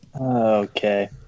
Okay